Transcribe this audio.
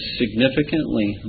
significantly